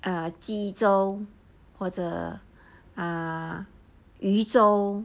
err 鸡粥或者 ah 鱼粥